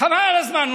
חבל על הזמן.